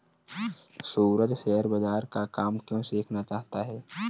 सूरज share बाजार का काम क्यों सीखना चाहता है?